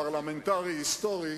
אנשים שניהלו פירמות אדירות.